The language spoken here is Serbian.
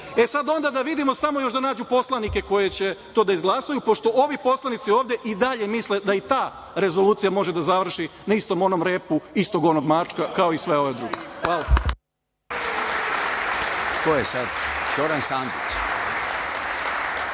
E, sada onda da vidimo samo još da nađu poslanike koje će to da izglasaju, pošto ovi poslanici ovde i dalje misle da i ta rezolucija može da završi na istom onom repu, istog onog mačka kao i sve ove druge. Hvala.